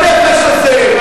לגועל נפש הזה.